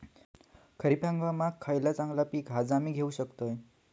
खरीप हंगामाक खयला चांगला पीक हा जा मी घेऊ शकतय?